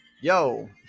yo